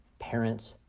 parents,